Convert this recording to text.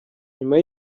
nyuma